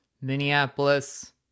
Minneapolis